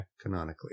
Canonically